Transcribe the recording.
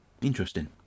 Interesting